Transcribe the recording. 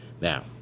Now